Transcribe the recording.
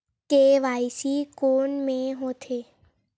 KYC कोन में होथे?